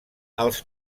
els